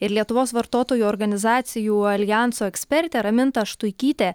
ir lietuvos vartotojų organizacijų aljanso ekspertė raminta štuikytė